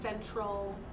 central